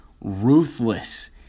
ruthless